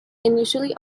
initially